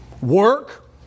Work